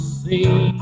see